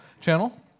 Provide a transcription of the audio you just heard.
channel